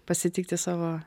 pasitikti savo